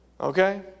Okay